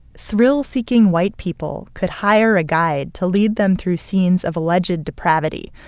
thrill-seeking white people could hire a guide to lead them through scenes of alleged depravity.